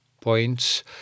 points